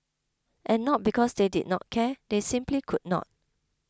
and not because they did not care they simply could not